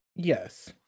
Yes